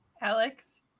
Alex